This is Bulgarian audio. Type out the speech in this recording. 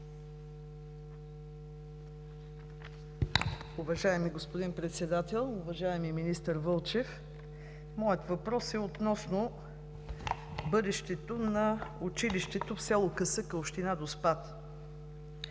Уважаеми господин Председател, уважаеми Министър Вълчев! Моят въпрос е относно бъдещето на училището в село Касъка, община Доспат.